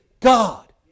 God